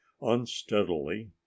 Unsteadily